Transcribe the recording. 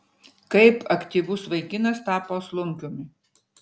kaip aktyvus vaikinas tapo slunkiumi